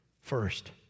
first